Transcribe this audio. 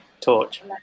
torch